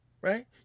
Right